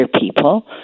people